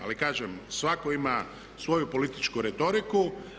Ali kažem, svatko ima svoju političku retoriku.